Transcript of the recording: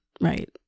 right